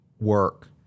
work